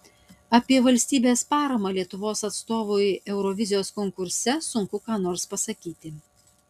apie valstybės paramą lietuvos atstovui eurovizijos konkurse sunku ką nors pasakyti